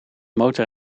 motor